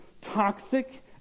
toxic